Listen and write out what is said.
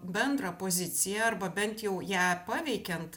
bendrą poziciją arba bent jau ją paveikiant